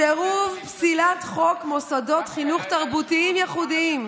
סירוב פסילת חוק מוסדות חינוך תרבותיים ייחודיים,